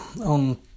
on